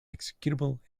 executable